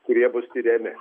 kurie bus tiriami